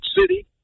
City